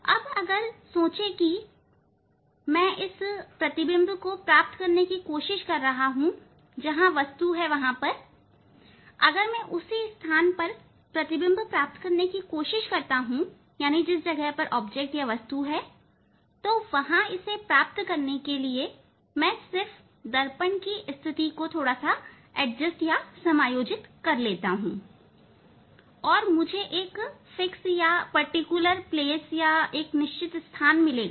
अब सोचें कि अगर मैं इस जगह पर प्रतिबिंब प्राप्त करने की कोशिश करता हूं जहां वस्तु वहां है अगर मैं उसी स्थान पर प्रतिबिंब प्राप्त करने कोशिश करता हूं जहां वस्तु है और उस स्थान को प्राप्त करने के लिए अगर मैं सिर्फ दर्पण की स्थिति को एडजस्ट करता हूं और मुझे एक निश्चित स्थान मिलेगा